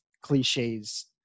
cliches